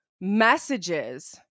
messages